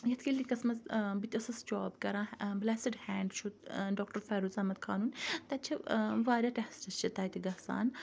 یَتھ کِلنِکَس مَنٛز بہٕ تہِ ٲسِس جاب کَران بلٮ۪سڈ ہینٛڈ چھُ ڈاکٹَر فیروز احمَد خانُن تَتہِ چھِ واریاہ ٹیٚسٹ چھِ تَتہِ گَژھان